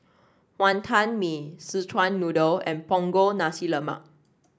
Wantan Mee Szechuan Noodle and Punggol Nasi Lemak